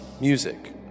music